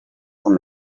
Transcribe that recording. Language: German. vom